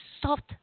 soft